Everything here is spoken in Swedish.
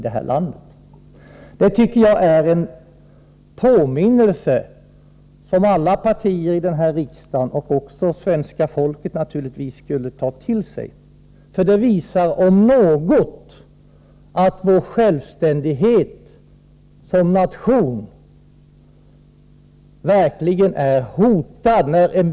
Det är en påminnelse om — och jag tycker att alla partier i riksdagen och givetvis också svenska folket skulle ta till sig den -—att vår självständighet som nation verkligen är hotad.